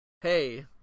hey